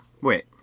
Wait